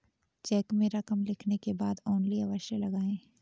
check में रकम लिखने के बाद ओन्ली अवश्य लगाएँ